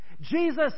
Jesus